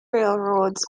railroads